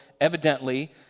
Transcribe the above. evidently